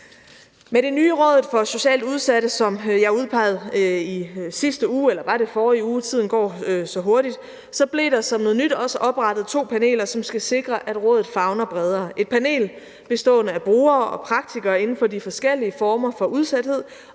Med det nye Rådet for Socialt Udsatte, som jeg udpegede i sidste uge – eller måske var det i forrige uge; tiden går så hurtigt – blev der som noget nyt også oprettet to paneler, som skal sikre, at rådet favner bredere. Det ene panel består af brugere og praktikere inden for de forskellige former for udsathed,